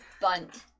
Bunt